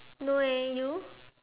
no eh you